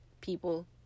people